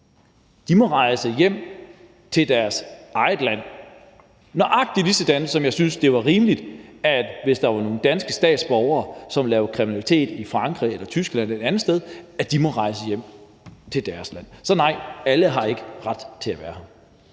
De må rejse hjem til deres eget land, nøjagtig lige sådan som jeg synes, det var rimeligt, at danske statsborgere, hvis de lavede kriminalitet i Frankrig eller Tyskland eller et andet sted, måtte rejse hjem til deres land. Så nej, alle har ikke ret til at være her.